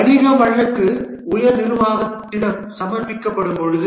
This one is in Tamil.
வணிக வழக்கு உயர் நிர்வாகத்திடம் சமர்ப்பிக்கப்படுகிறது